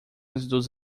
dos